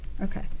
Okay